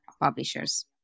publishers